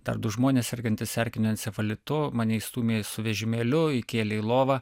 dar du žmonės sergantis erkiniu encefalitu mane įstūmė su vežimėliu įkėlė į lovą